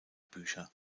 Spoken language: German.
bücher